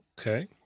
okay